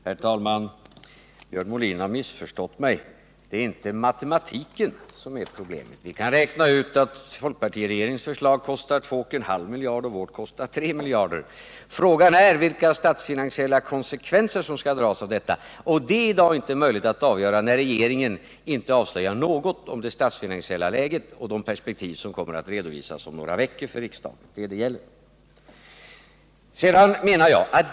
Herr talman! Björn Molin har missförstått mig. Det är inte matematiken som är problemet. Vi kan räkna ut att folkpartiregeringens förslag kostar 2,5 miljarder och vårt kostar 3 miljarder. Frågan är vilka statsfinansiella konsekvenser som skall dras av detta. Det är i dag inte möjligt att avgöra detta när regeringen inte avslöjar något om det statsfinansiella läget och det perspektiv som kommer att redovisas om några veckor för riksdagen. Det är detta det gäller.